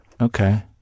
Okay